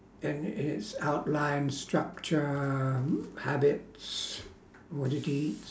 and its outline structure habits what it eats